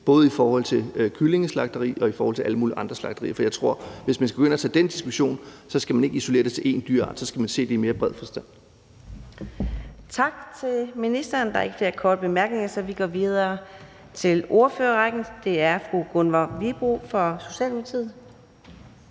både i forhold til kyllingeslagterier og i forhold til alle mulige andre slagterier. For jeg tror, at hvis man skal gå ind og tage den diskussion, skal man ikke isolere det til én dyreart, men så skal man se på det i mere bred forstand. Kl. 14:39 Fjerde næstformand (Karina Adsbøl): Tak til ministeren. Der er ikke flere korte bemærkninger, så vi går videre til ordførerrækken. Det er fru Gunvor Wibroe fra Socialdemokratiet.